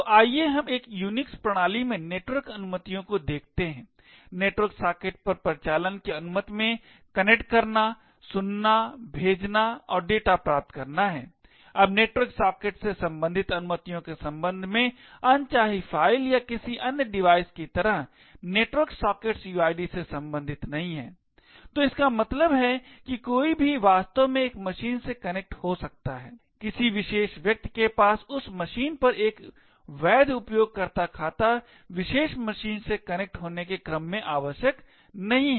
तो आइए हम एक यूनिक्स प्रणाली में नेटवर्क अनुमतियों को देखते हैं नेटवर्क सॉकेट पर परिचालन की अनुमति में कनेक्ट करना सुनना भेजना और डेटा प्राप्त करना है अब नेटवर्क सॉकेट से संबंधित अनुमतियों के संबंध में अनचाही फाइल या किसी अन्य डिवाइस की तरह नेटवर्क सॉकेट्स uid से संबंधित नहीं हैं तो इसका मतलब है कि कोई भी वास्तव में एक मशीन से कनेक्ट हो सकता है किसी विशेष व्यक्ति के पास उस मशीन पर एक वैध उपयोगकर्ता खाता विशेष मशीन से कनेक्ट होने के क्रम में आवश्यक नहीं है